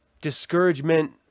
discouragement